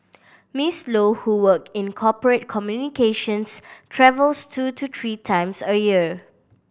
Miss Low who work in corporate communications travels two to three times a year